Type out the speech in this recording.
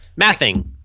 Mathing